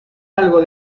algo